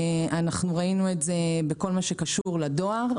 ראינו את זה בכל הקשור לדואר,